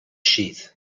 sheath